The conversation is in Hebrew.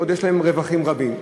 יש להם רווחים רבים.